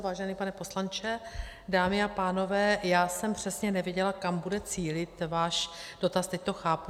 Vážený pane poslanče, dámy a pánové, já jsem přesně nevěděla, kam bude cílit váš dotaz, teď to chápu.